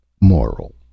Moral